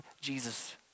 Jesus